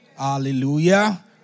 Hallelujah